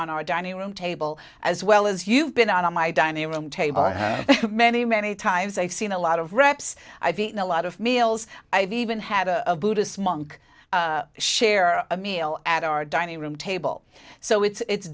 on our dining room table as well as you've been on my dining room table many many times i've seen a lot of reps i've eaten a lot of meals i've even had a buddhist monk share a meal at our dining room table so it's